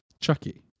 Chucky